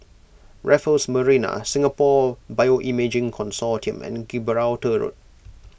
Raffles Marina Singapore Bioimaging Consortium and Gibraltar Road